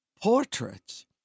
portraits